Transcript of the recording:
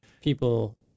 people